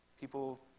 people